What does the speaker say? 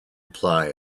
apply